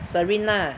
Serene lah